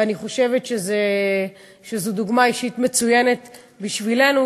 ואני חושבת שזו דוגמה אישית מצוינת בשבילנו.